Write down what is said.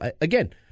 again